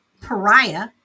pariah